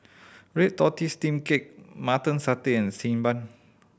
red tortoise steamed cake Mutton Satay and Xi Ban